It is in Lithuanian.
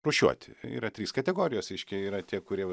rūšiuoti yra trys kategorijos reiškia yra tie kurie va